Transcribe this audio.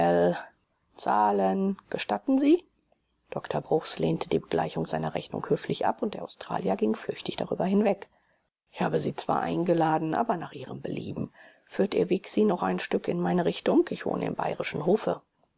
zahlen gestatten sie dr bruchs lehnte die begleichung seiner rechnung höflich ab und der australier ging flüchtig darüber hinweg ich habe sie zwar eingeladen aber nach ihrem belieben führt ihr weg sie noch ein stück in meiner richtung ich wohne im bayrischen hofe